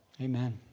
Amen